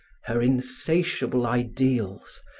her insatiable ideals,